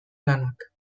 lanak